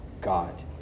God